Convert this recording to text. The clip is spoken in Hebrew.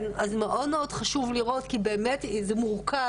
אז מאוד-מאוד חשוב לראות, כי זה באמת מורכב.